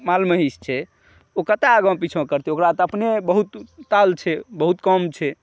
माल महिष छै ओ कतय आगाँ पिछा करतै ओकरा तऽ अपने बहुत ताल छै बहुत काम छै